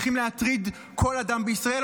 וצריכים להטריד כל אדם בישראל,